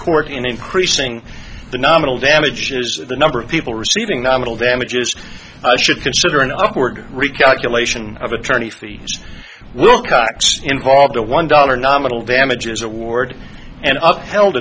court in increasing the nominal damages the number of people receiving nominal damages should consider an awkward recalculation of attorney fees willcox involved a one dollar nominal damages award and up held